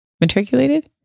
Matriculated